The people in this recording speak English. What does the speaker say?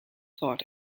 thought